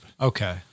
Okay